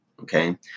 okay